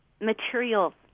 material